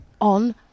on